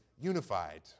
unified